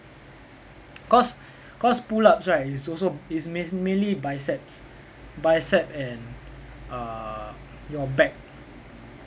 cause cause pull-ups right it's also it's main mainly biceps bicep and uh your back